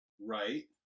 Right